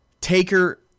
Taker